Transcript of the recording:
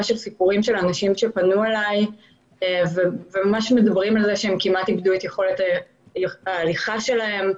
אנשים רבים פנו אלי והם מדברים על זה שהם איבדו את יכולת ההליכה שלהם.